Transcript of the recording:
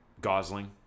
Gosling